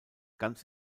ganz